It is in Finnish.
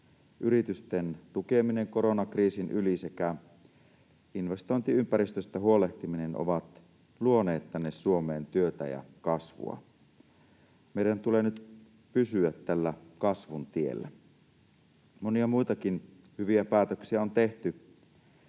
yritysten tukeminen koronakriisin yli sekä investointiympäristöstä huolehtiminen ovat luoneet tänne Suomeen työtä ja kasvua. Meidän tulee nyt pysyä tällä kasvun tiellä. Monia muitakin hyviä päätöksiä on tehty.